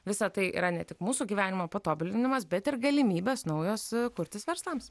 visa tai yra ne tik mūsų gyvenimo patobulinimas bet ir galimybės naujos kurtis verslams